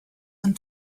and